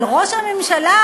אבל ראש הממשלה,